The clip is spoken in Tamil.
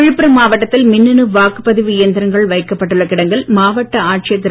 விழுப்புரம் மாவட்டத்தில் மின்னணு வாக்குப்பதிவு இயந்திரங்கள் வைக்கப்பட்டுள்ள கிடங்கில் மாவட்ட ஆட்சியர் திரு